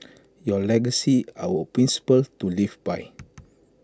your legacy our principles to live by